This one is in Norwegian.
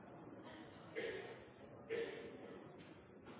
er et